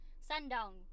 Sundown